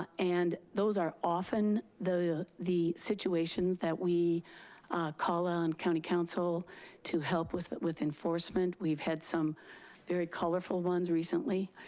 and those are often the the situations that we call on county council to help us with enforcement. we've had some very colorful ones recently.